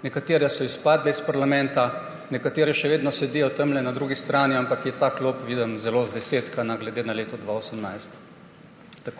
Nekatere so izpadle iz parlamenta, nekatere še vedno sedijo tamle na drugi strani, ampak je ta klop, vidim, zelo zdesetkana glede na leto 2018.